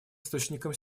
источником